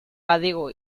badigu